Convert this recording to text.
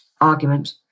argument